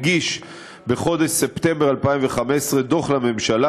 הגיש בחודש ספטמבר 2015 דוח לממשלה,